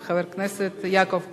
חבר כנסת יעקב כץ,